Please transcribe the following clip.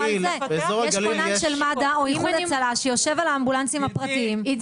יש כונן של מד"א או איחוד הצלה שיושב על האמבולנסים הפרטיים -- גברתי,